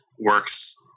works